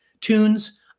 tunes